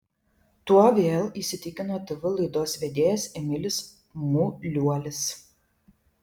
tuo vėl įsitikino tv laidos vedėjas emilis muliuolis